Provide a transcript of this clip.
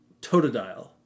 Totodile